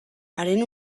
haren